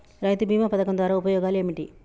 రైతు బీమా పథకం ద్వారా ఉపయోగాలు ఏమిటి?